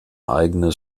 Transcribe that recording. eigene